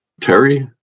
Terry